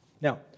Now